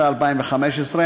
ברשותכם,